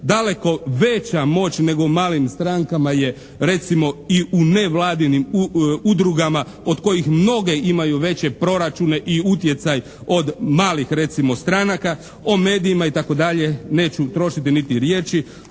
daleko veća moć nego u malim strankama je recimo i u nevladinim udrugama od kojih mnoge imaju veće proračune i utjecaj od malih recimo stranaka. O medijima i tako dalje neću trošiti niti riječi.